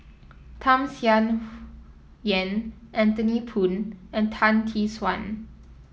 Tham Sien Yen Anthony Poon and Tan Tee Suan